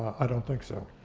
i don't think so.